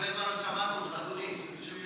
הרבה זמן לא שמענו אותך, דודי.